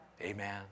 Amen